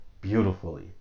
beautifully